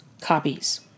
copies